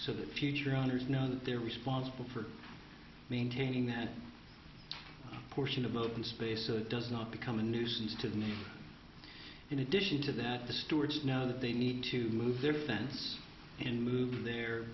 so that future owners know that they're responsible for maintaining that portion of the open space so it does not become a nuisance to them in addition to that the stewards now that they need to move their fence and move the